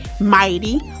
mighty